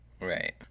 Right